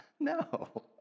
No